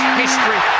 history